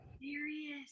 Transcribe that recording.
Serious